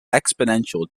exponential